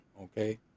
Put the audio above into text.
okay